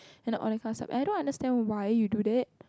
and like all that kind of stuff and I don't understand why you do that